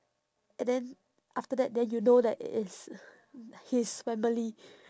and then after that then you know that it is his family